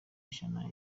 ijana